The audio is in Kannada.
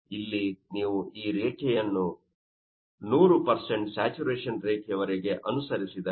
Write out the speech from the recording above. ಇಲ್ಲಿ ನೀವು ಈ ರೇಖೆಯನ್ನು 100 ಸ್ಯಾಚುರೇಶನ್ ರೇಖೆಯವರೆಗೆ ಅನುಸರಿಸಿದರೆ